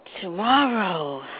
Tomorrow